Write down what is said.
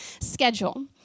schedule